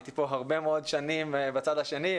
הייתי פה הרבה מאוד שנים בצד השני,